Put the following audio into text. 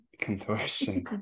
contortion